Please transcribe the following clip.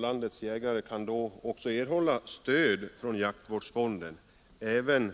landets alla jägare också kan erhålla stöd från jaktvårdsfonden — även